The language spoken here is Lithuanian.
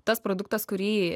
tas produktas kurį